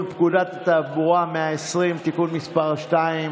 פקודת התעבורה (מס' 120) (תיקון מס' 2),